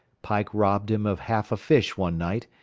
pike robbed him of half a fish one night,